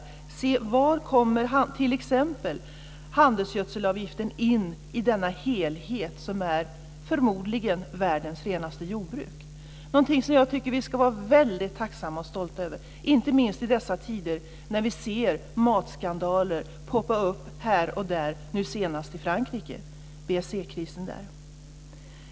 Man måste se på var t.ex. handelsgödselavgiften kommer in i denna helhet, det som förmodligen är världens renaste jordbruk. Detta är någonting som jag tycker att vi ska vara väldigt tacksamma och stolta över, inte minst i dessa tider när vi ser matskandaler poppa upp här och där, nu senast i Frankrike; jag tänker på BSE-krisen där.